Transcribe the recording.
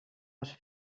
has